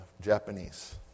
Japanese